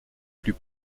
plus